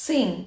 Sim